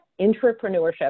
Entrepreneurship